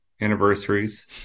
anniversaries